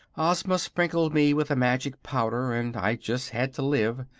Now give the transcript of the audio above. ozma sprinkled me with a magic powder, and i just had to live.